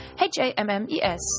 H-A-M-M-E-S